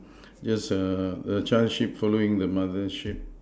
just err the child sheep following the mother sheep